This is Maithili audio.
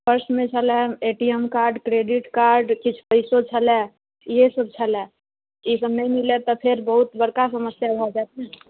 पर्समे छलैया A T M card credit card किछु पैसो छलैया ईहे सब छलैया ई सब नहि मिलत तऽ फेर बहुत बड़का समस्या भऽ जाएत ने